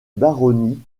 baronnie